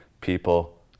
people